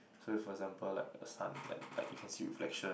so if for example like a Sun like like you can see reflection